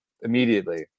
immediately